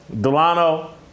Delano